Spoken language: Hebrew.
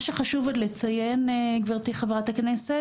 מה שחשוב עוד לציין גברתי חברת הכנסת